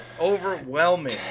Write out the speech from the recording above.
overwhelming